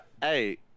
Hey